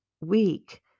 weak